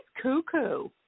cuckoo